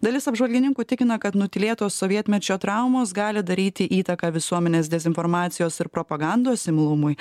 dalis apžvalgininkų tikina kad nutylėtos sovietmečio traumos gali daryti įtaką visuomenės dezinformacijos ir propagandos imlumui